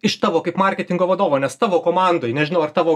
iš tavo kaip marketingo vadovo nes tavo komandoj nežinau ar tavo